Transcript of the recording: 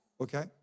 okay